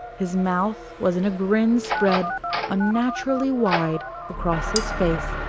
his mouth was in a grin spread unnaturally wide across his face,